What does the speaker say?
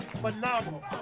Phenomenal